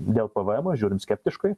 dėl pavaemo žiūrim skeptiškai